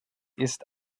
ist